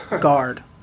guard